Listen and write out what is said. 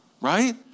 right